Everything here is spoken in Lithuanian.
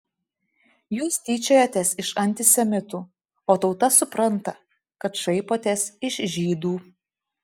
jūs tyčiojatės iš antisemitų o tauta supranta kad šaipotės iš žydų